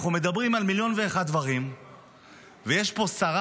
אנחנו מדברים על מיליון ואחד דברים ויש פה שרה